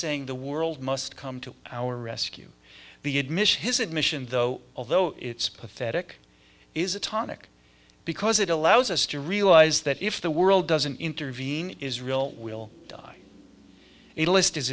saying the world must come to our rescue the admission his admission though although it's pathetic is a tonic because it allows us to realize that if the world doesn't intervene israel will die a list is